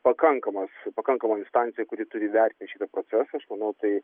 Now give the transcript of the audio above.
pakankamas pakankama instancija kuri turi vertint šitą procesą aš manau tai